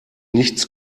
nichts